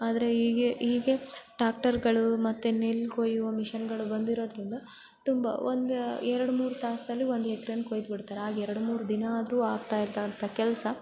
ಆದರೆ ಈಗ ಈಗ ಟ್ಯಾಕ್ಟರ್ಗಳು ಮತ್ತೆ ನೆಲ್ಲು ಕೊಯ್ಯುವ ಮಿಷನ್ಗಳು ಬಂದಿರೋದರಿಂದ ತುಂಬ ಒಂದು ಎರಡು ಮೂರು ತಾಸಿನಲ್ಲಿ ಒಂದು ಎಕ್ರೆನ್ನ ಕೊಯ್ದು ಬಿಡ್ತಾರೆ ಆಗ ಎರ್ಡು ಮೂರು ದಿನ ಆದ್ರೂ ಆಗ್ತಾ ಇರ್ತ ಕೆಲಸ